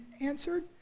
answered